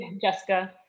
jessica